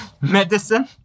Medicine